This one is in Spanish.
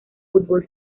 fútbol